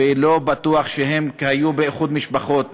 ולא בטוח שהם היו באיחוד משפחות.